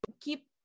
keep